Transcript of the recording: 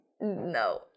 No